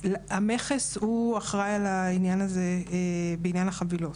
המכס הוא אחראי על העניין הזה בעניין החבילות.